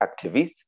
activists